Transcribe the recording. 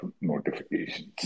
notifications